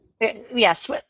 Yes